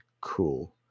cool